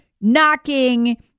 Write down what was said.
knocking